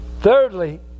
Thirdly